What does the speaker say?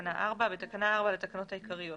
תקנה 4 בתקנה 4 לתקנות העיקריות